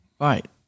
Right